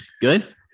good